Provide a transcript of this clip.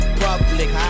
public